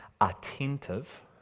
attentive